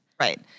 Right